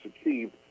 achieved